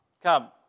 Come